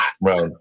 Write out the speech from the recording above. right